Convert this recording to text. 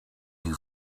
you